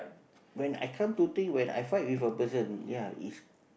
when I come to think when I fight with a person ya is